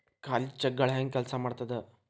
ಖಾಲಿ ಚೆಕ್ಗಳ ಹೆಂಗ ಕೆಲ್ಸಾ ಮಾಡತದ?